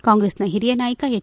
ಕಾಂಗ್ರೆಸ್ನ ಹಿರಿಯ ನಾಯಕ ಹೆಚ್